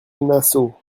nassau